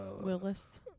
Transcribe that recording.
Willis